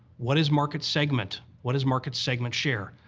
what is market segment? what is market segment share?